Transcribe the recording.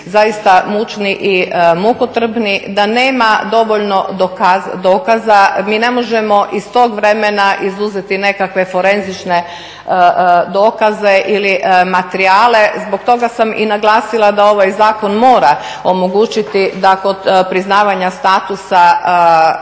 zaista mučni i mukotrpni, da nema dovoljno dokaza, mi ne možemo iz tog vremena izuzeti nekakve forenzične dokaze ili materijale. Zbog toga sam i naglasila da ovaj zakon mora omogućiti da kod priznavanja statusa,